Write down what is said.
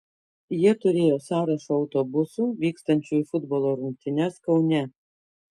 jie turėjo sąrašą autobusų vykstančių į futbolo rungtynes kaune